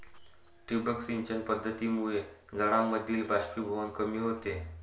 ठिबक सिंचन पद्धतीमुळे झाडांमधील बाष्पीभवन कमी होते